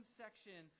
section